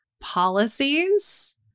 policies